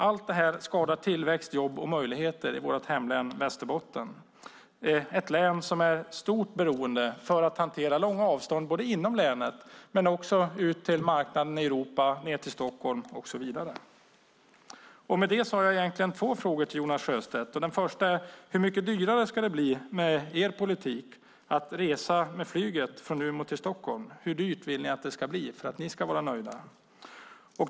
Allt detta skadar tillväxt, jobb och möjligheter i vårt hemlän Västerbotten, ett län där vi är beroende av att kunna hantera långa avstånd både inom länet och ut till marknaderna i Europa, ned till Stockholm och så vidare. Därmed har jag två frågor till Jonas Sjöstedt. Den första är: Hur mycket dyrare ska det bli med er politik att resa med flyget från Umeå till Stockholm? Hur dyrt vill ni att det ska bli för att ni ska vara nöjda?